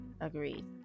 agreed